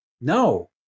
no